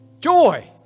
Joy